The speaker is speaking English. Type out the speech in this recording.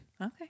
Okay